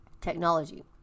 technology